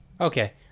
Okay